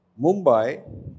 Mumbai